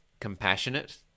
compassionate